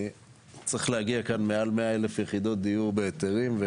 וצריך להגיע כאן מעל 100 אלף יחידות דיור בהיתרים,